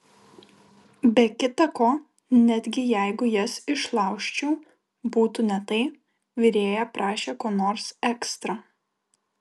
be kita ko netgi jeigu jas išlaužčiau būtų ne tai virėja prašė ko nors ekstra